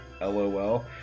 LOL